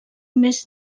més